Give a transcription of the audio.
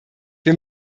wir